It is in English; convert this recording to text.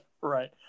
Right